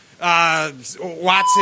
Watson